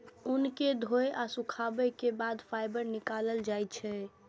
ऊन कें धोय आ सुखाबै के बाद फाइबर निकालल जाइ छै